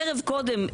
ערב קודם,